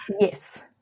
yes